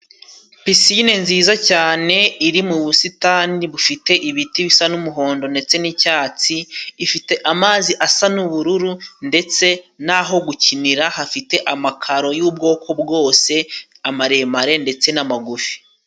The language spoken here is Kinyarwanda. Pisine nziza cyane iri mu busitani bufite ibiti bisa n'umuhondo ndetse n'icyatsi, ifite amazi asa n'ubururu ndetse n'aho gukinira hafite amakaro y'ubwoko bwose:amaremare ndetse n'amagufi.